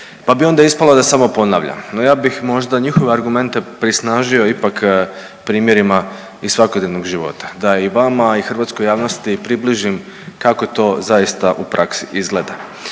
pa bi onda ispalo da samo ponavljam. No, ja bih možda njihove argumente prisnažio ipak primjerima iz svakodnevnog života, da i vama i hrvatskoj javnosti približim kako to zaista u praksi izgleda.